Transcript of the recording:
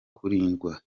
kurindwa